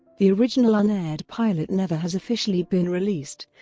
the original unaired pilot never has officially been released,